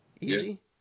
Easy